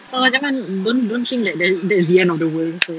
so jangan don't don't think that that is the end of the world also